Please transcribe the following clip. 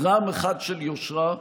גרם אחד של יושרה,